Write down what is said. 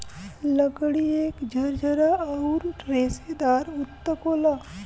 लकड़ी एक झरझरा आउर रेसेदार ऊतक होला